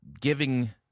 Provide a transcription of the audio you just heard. giving